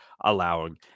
allowing